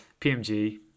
PMG